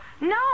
No